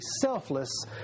selfless